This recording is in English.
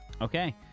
Okay